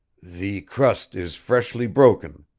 the crust is freshly broken,